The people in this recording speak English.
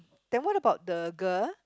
then what about the girl